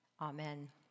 Amen